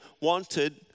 wanted